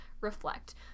reflect